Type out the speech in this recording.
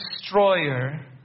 destroyer